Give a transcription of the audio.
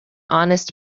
honest